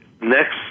next